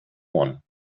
one